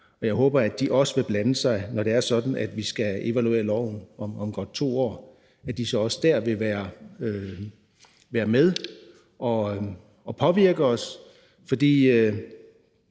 Jeg håber, at de også vil blande sig, når det er sådan, at vi skal evaluere loven om godt 2 år, og at de så også der vil være med til at påvirke os. For